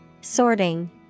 Sorting